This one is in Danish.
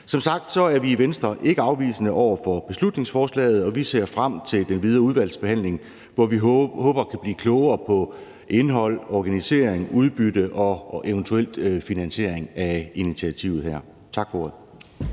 Som sagt er vi i Venstre ikke afvisende over for beslutningsforslaget, og vi ser frem til den videre udvalgsbehandling, hvor vi håber at kunne blive klogere på indhold, organisering, udbytte og eventuel finansiering af initiativet her. Tak for